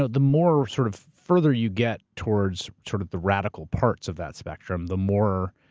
ah the more sort of further you get towards sort of the radical parts of that spectrum, the more